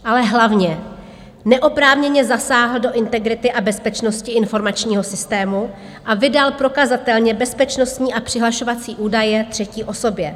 Ale hlavně, neoprávněně zasáhl do integrity a bezpečnosti informačního systému a vydal prokazatelně bezpečnostní a přihlašovací údaje třetí osobě.